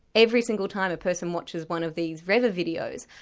every single time a person watches one of these revver videos,